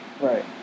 Right